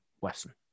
Wesson